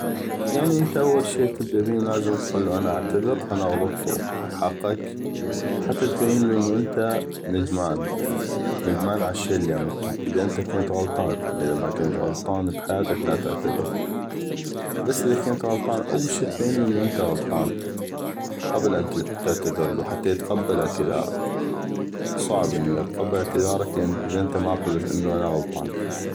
يعني انته أول شي تبدأ بينو تقلو انا اعتذر أنا غلطتو بحقك حته تبينلو انو انته ندمان عالشي اللي عملتو اذا انته كنت غلطان اما اذا ما كنت غلطان بحياتك لا تعتذر بس اذا كنت غلطان أول شي تبينلو انو انته غلطان قبل أن تعتذرلو حته يتقبل اعتذارك صعب يتقبل اعتذارك اذا ما قلتلو انو انته غلطان